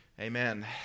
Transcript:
Amen